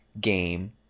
game